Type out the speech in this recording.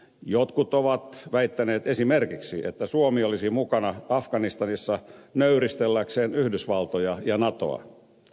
jotkut ovat väittäneet esimerkiksi että suomi olisi mukana afganistanissa nöyristelläkseen yhdysvaltoja ja natoa